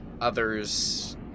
Others